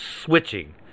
switching